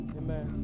amen